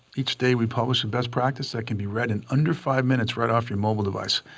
each day we publish a best practice that can be read in under five minutes right off your mobile device.